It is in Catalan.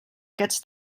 aquests